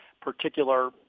particular